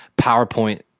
PowerPoint